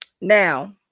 Now